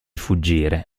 fuggire